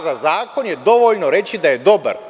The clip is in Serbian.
Za zakon je dovoljno reći da je dobar.